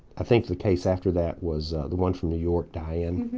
i think the case after that was the one from new york, diane